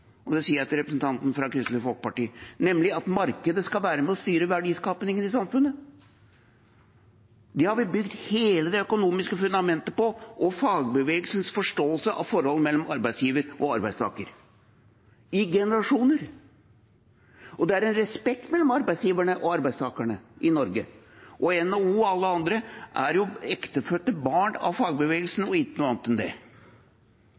og det sier jeg til representanten fra Kristelig Folkeparti – at markedet skal være med og styre verdiskapingen i samfunnet. Det har vi bygd hele det økonomiske fundamentet på, og også fagbevegelsens forståelse av forholdet mellom arbeidsgiver og arbeidstaker – i generasjoner. Det er en respekt mellom arbeidsgiverne og arbeidstakerne i Norge. NHO og alle andre er jo ektefødte barn av fagbevegelsen – og ikke noe annet enn det. Derfor er det